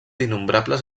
innombrables